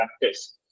practice